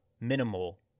minimal